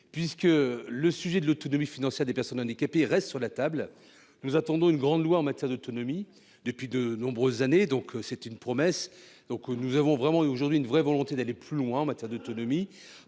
et le sujet de l'autonomie financière des personnes handicapées reste sur la table. Nous attendons une grande loi en matière d'autonomie depuis de nombreuses années. Une promesse a été faite, et nous avons la volonté d'aller plus loin en matière d'autonomie.